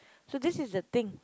so this is the thing